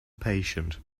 patient